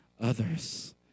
others